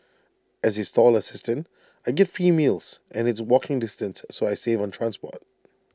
as A stall assistant I get free meals and it's walking distance so I save on transport